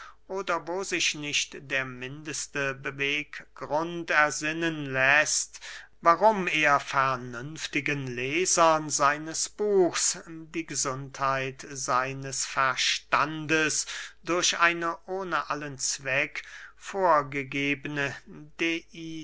oder wo sich nicht der mindeste beweggrund ersinnen läßt warum er vernünftigen lesern seines buchs die gesundheit seines verstandes durch eine ohne allen zweck vorgegebene